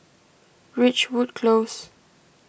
Ridgewood Close